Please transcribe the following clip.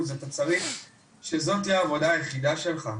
אתה צריך שזאת תהיה העבודה היחידה שלך.